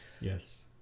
Yes